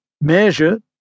measure